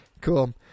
Cool